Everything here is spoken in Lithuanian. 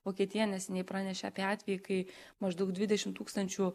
vokietija neseniai pranešė apie atvejį kai maždaug dvidešim tūkstančių